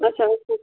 اچھا